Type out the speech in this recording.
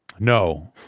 No